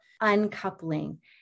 uncoupling